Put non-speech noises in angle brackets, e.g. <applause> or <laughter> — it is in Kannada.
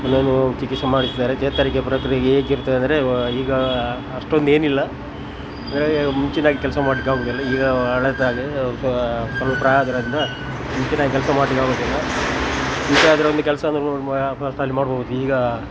<unintelligible> ಚಿಕಿತ್ಸೆ ಮಾಡಿಸಿದ್ದಾರೆ ಚೇತರಿಕೆ ಪ್ರಕ್ರಿಯೆ ಹೇಗಿರ್ತದೆ ಅಂದರೆ ಈಗ ಅಷ್ಟೊಂದು ಏನಿಲ್ಲ <unintelligible> ಮುಂಚಿನಾಗೆ ಕೆಲಸ ಮಾಡಲ್ಲಿಕ್ಕೆ ಆಗುದಿಲ್ಲ ಈಗ <unintelligible> ಸ್ವಲ್ಪ <unintelligible> ಮುಂಚಿನಾಗೆ ಕೆಲಸ ಮಾಡಲ್ಲಿಕ್ಕೆ ಆಗುದಿಲ್ಲ ಮುಂಚೆ ಆದರೆ ಒಂದು ಕೆಲಸ <unintelligible> <unintelligible> ಮಾಡಬೌದಿತ್ತು ಈಗ